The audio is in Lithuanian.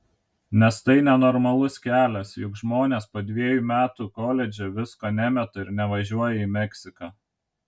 nes tai nenormalus kelias juk žmonės po dvejų metų koledže visko nemeta ir nevažiuoja į meksiką